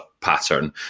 pattern